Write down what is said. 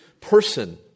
person